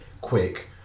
Quick